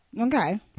Okay